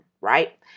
right